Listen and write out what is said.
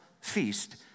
feast